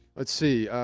let's see.